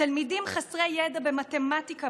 תלמידים חסרי ידע במתמטיקה,